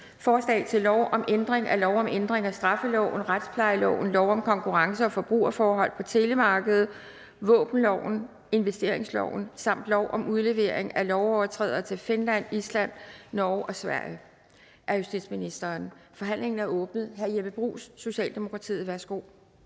Forslag til lov om ændring af lov om ændring af straffeloven, retsplejeloven, lov om konkurrence- og forbrugerforhold på telemarkedet, våbenloven, udleveringsloven samt lov om udlevering af lovovertrædere til Finland, Island, Norge og Sverige. (Ændring af revisionsbestemmelse). Af justitsministeren